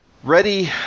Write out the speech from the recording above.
Ready